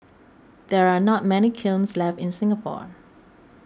there are not many kilns left in Singapore